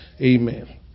Amen